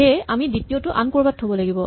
সেয়ে আমি দ্বিতীয়টো আন ক'ৰবাত থ'ব লাগিব